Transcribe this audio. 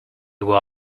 were